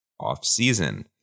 offseason